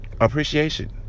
appreciation